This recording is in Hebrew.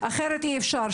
אחרת אי אפשר.